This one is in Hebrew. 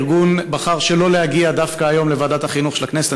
הארגון בחר שלא להגיע דווקא היום לוועדת החינוך של הכנסת.